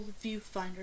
viewfinder